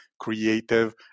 creative